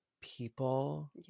people